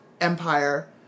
Empire